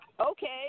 okay